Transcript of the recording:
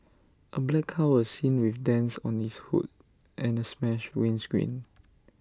A black car was seen with dents on its hood and A smashed windscreen